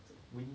在 win